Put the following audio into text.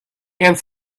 and